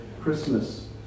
Christmas